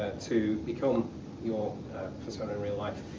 to become your fursona in real life